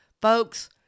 Folks